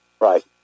Right